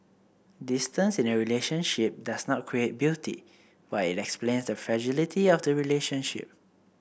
distance in a relationship does not create beauty but it explains the fragility of the relationship